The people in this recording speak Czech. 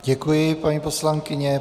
Děkuji, paní poslankyně.